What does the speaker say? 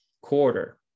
quarter